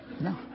No